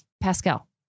Pascal